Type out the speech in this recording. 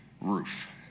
roof